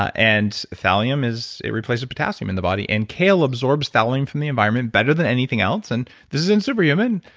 and thallium it replaces potassium in the body and kale absorbs thallium from the environment better than anything else, and this is in super human.